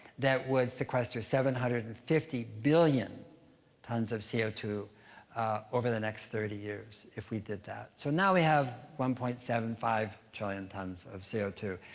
that would sequester seven hundred and fifty billion tons of c o two over the next thirty years if we did that. so now we have one point seven five trillion tons of c o two.